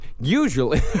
usually